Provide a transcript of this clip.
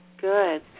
Good